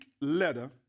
letter